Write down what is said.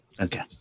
Okay